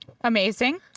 Amazing